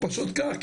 פשוט כך.